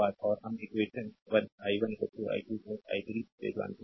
और हम equation 1 i1 i2 i3 से जानते हैं